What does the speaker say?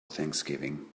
thanksgiving